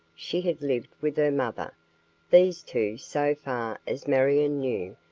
she had lived with her mother these two, so far as marion knew,